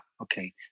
okay